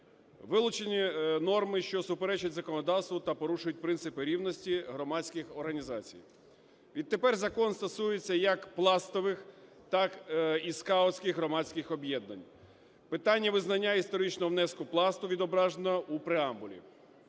Вилучені норми, що суперечать законодавству та порушують принципи рівності громадських організацій. Відтепер закон стосується як пластових, так і скаутських громадських об'єднань. Питання визнання історичного внеску Пласту відображено у преамбулі.